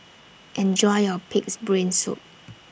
Enjoy your Pig'S Brain Soup